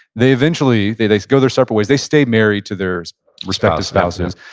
they eventually, they they go their separate ways. they stayed married to their respective spouses.